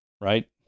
Right